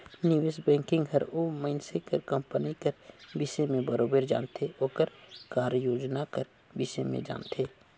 निवेस बैंकिंग हर ओ मइनसे कर कंपनी कर बिसे में बरोबेर जानथे ओकर कारयोजना कर बिसे में जानथे